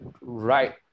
right